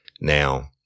Now